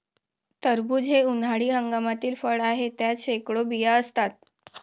टरबूज हे उन्हाळी हंगामातील फळ आहे, त्यात शेकडो बिया असतात